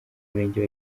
murenge